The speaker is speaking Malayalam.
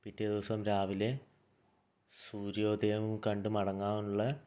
പിറ്റേ ദിവസം രാവിലെ സൂര്യോദയവും കണ്ടു മടങ്ങാനുള്ള